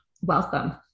Welcome